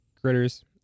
critters